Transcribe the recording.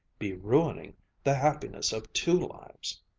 be ruining the happiness of two lives.